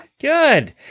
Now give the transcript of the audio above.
Good